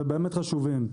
ובאמת חשובים,